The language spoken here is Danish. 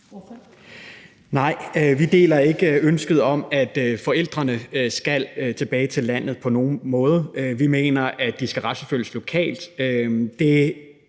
deler ikke på nogen måde ønsket om, at forældrene skal tilbage til landet. Vi mener, at de skal retsforfølges lokalt.